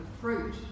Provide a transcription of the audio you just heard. fruit